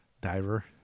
diver